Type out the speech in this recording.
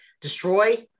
Destroy